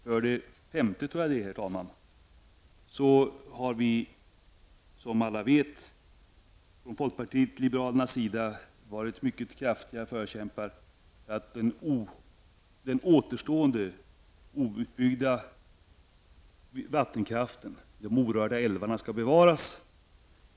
För det femte har vi, som alla vet, från folkpartiet liberalernas sida varit mycket kraftiga förkämpare, för att den återstående outbyggda vattenkraften, de orörda älvarna, skall bevaras.